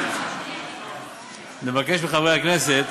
לאור האמור לעיל, נבקש מחברי הכנסת